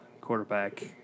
quarterback